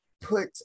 put